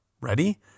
Ready